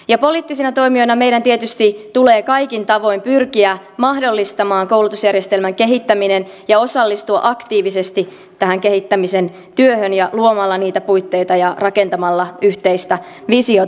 ja poliittisina toimijoina meidän tietysti tulee kaikin tavoin pyrkiä mahdollistamaan koulutusjärjestelmän kehittäminen ja osallistua aktiivisesti tähän kehittämisen työhön luomalla niitä puitteita ja rakentamalla yhteistä visiota